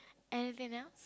anything else